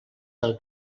del